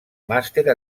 màster